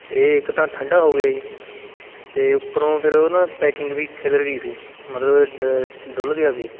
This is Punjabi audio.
ਇਹ ਇੱਕ ਤਾਂ ਠੰਡਾ ਹੋ ਗਿਆ ਜੀ ਅਤੇ ਉੱਪਰੋਂ ਫਿਰ ਉਹ ਨਾ ਪੈਕਿੰਗ ਵੀ ਖਿਲਰ ਗਈ ਸੀ ਮਤਲਬ ਡ ਡੁੱਲ ਗਿਆ ਸੀ